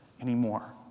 anymore